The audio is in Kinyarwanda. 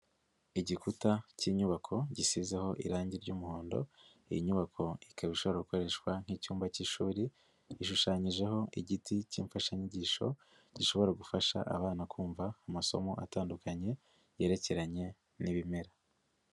Igikuta k'inyubako gisizeho irangi ry'umuhondo iyi nyubako ikaba ishobora gukoreshwa nk'icyumba k'ishuri, gishushanyijeho igiti k'imfashanyigisho zishobora gufasha abana kumva amasomo atandukanye yerekeranye n'ibimera.